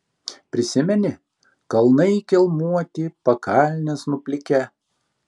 prisimeni kalnai kelmuoti pakalnės nuplikę